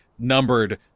numbered